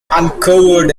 uncovered